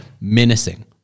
menacing